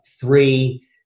three